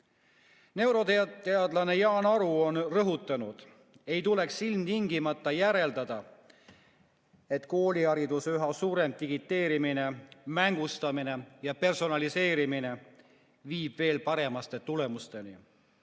Neuroteadlane Jaan Aru on rõhutanud: "Ei tuleks ilmtingimata järeldada, et koolihariduse üha suurem digiteerimine, mängustamine ja personaliseerimine viib veel paremate tulemusteni.